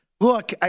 Look